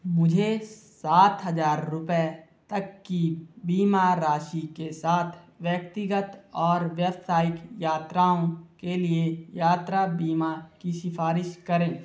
मुझे सात हज़ार रुपए तक की बीमा राशि के साथ व्यक्तिगत और व्यावसायिक यात्राओं के लिए यात्रा बीमा की सिफ़ारिश करें